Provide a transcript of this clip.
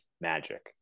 magic